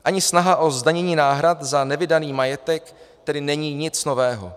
Ani snaha o zdanění náhrad za nevydaný majetek tedy není nic nového.